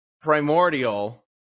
primordial